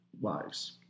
lives